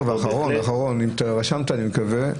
ואחרון, רשמת, אני מקווה.